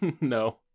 No